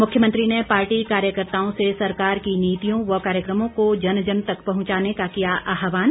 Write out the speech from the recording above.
मुख्यमंत्री ने पार्टी कार्यकर्ताओं से सरकार की नीतियों व कार्यक्रमों को जन जन तक पहुंचाने का किया आह्वान